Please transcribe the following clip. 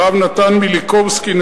הרב נתן מיליקובסקי-נתניהו,